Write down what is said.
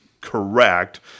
correct